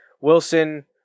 Wilson